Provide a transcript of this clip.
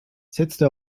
setzte